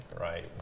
right